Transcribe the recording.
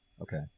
Okay